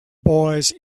boys